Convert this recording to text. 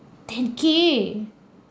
ten K